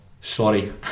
Sorry